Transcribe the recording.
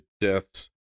deaths